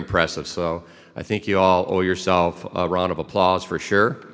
impressive so i think you all owe yourself a run of applause for sure